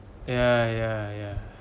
ya ya ya